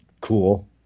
cool